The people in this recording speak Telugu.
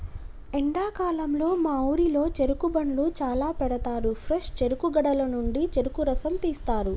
ఎండాకాలంలో మా ఊరిలో చెరుకు బండ్లు చాల పెడతారు ఫ్రెష్ చెరుకు గడల నుండి చెరుకు రసం తీస్తారు